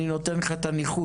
אני נותן לך את הניחוש.